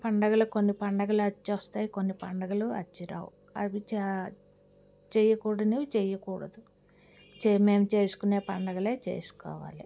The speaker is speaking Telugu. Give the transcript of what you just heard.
పండుగలు కొన్ని పండుగలు అచ్చొస్తాయి కొన్ని పండుగలు అచ్చిరావు అవి చ చేయకూడనివి చేయకూడదు చే మేము చేసుకునే పండుగలే చేసుకోవాలి